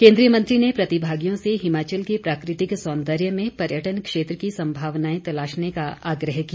केन्द्रीय मंत्री ने प्रतिभागियों से हिमाचल के प्राकृतिक सौंदर्य में पर्यटन क्षेत्र की संभावनाएं तलाशने का आग्रह किया